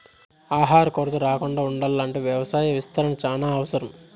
ఆహార కొరత రాకుండా ఉండాల్ల అంటే వ్యవసాయ విస్తరణ చానా అవసరం